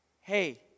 hey